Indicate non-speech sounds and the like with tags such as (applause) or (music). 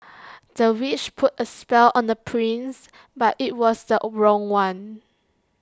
(noise) the witch put A spell on the prince but IT was the own wrong one